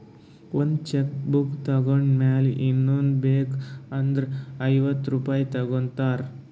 ಒಂದ್ cheque book ತೊಂಡ್ ಮ್ಯಾಲ ಇನ್ನಾ ಒಂದ್ ಬೇಕ್ ಅಂದುರ್ ಐವತ್ತ ರುಪಾಯಿ ತಗೋತಾರ್